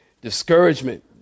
Discouragement